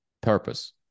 purpose